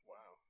Wow